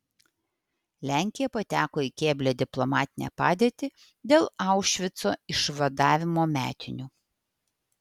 lenkija pateko į keblią diplomatinę padėtį dėl aušvico išvadavimo metinių